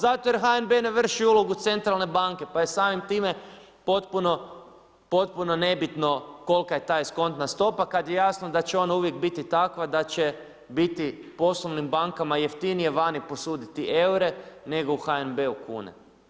Zato što HNB ne vrši ulogu centralne banke pa je samim time potpuno nebitno kolika je ta eskontna stopa kada je jasno da će ona uvijek biti takva da će biti poslovnim bankama jeftinije vani posuditi eure nego u HNB-u kune.